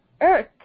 earth